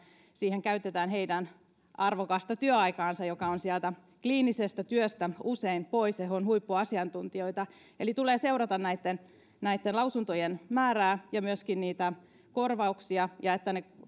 siihen käytetään heidän arvokasta työaikaansa joka on sieltä kliinisestä työstä usein pois ja he ovat huippuasiantuntijoita eli tulee seurata näitten näitten lausuntojen määrää ja myöskin niitä korvauksia ja sitä että ne